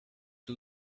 two